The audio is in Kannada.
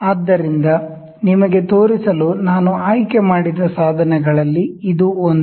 ಆದ್ದರಿಂದ ನಿಮಗೆ ತೋರಿಸಲು ನಾನು ಆಯ್ಕೆ ಮಾಡಿದ ಸಾಧನಗಳಲ್ಲಿ ಇದು ಒಂದು